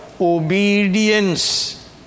obedience